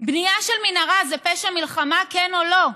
בנייה של מנהרה זה פשע מלחמה, כן או לא?